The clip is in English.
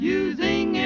using